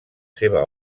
seva